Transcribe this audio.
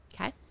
Okay